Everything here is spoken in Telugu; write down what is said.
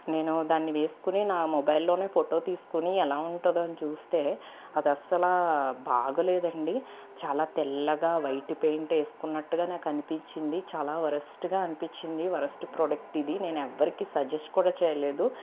నేను దాన్ని వేసుకుని నా మొబైల్లోనే ఫోటో తీసుకుని ఎలా ఉంటుందో అని చూస్తే అదస్సలా బాగా లేదండి చాలా తెల్లగా వైట్ పెయింట్ వేసుకున్నట్టుగా నాకు అనిపించింది చాలా వరస్ట్గా అనిపించింది వరస్ట్ ప్రోడక్టిది నేనెవ్వరికి సజెస్ట్ కూడా చేయలేదు